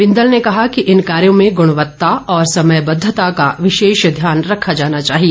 बिंदल ने कहा कि इन कार्यों में गृणवत्ता और समयबद्धता का विशेष ध्यान रखा जाना चाहिए